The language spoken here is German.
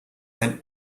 ein